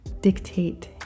dictate